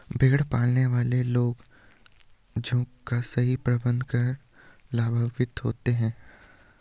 भेड़ पालने वाले लोग झुंड का सही प्रबंधन कर लाभान्वित होते हैं